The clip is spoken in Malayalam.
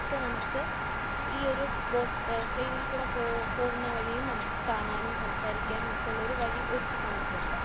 ഒക്കെ നമുക്ക് ഈ ഒരു ബോട്ട് ട്രെയിനിൽ കൂടെ പോകുന്ന വഴിയും നമുക്ക് കാണാനും സംസാരിക്കാനും ഒക്കൊള്ളൊരു വഴി ഒരുക്കി തന്നിട്ടുണ്ട്